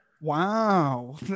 wow